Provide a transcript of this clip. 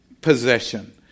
Possession